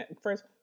First